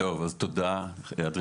תודה רבה.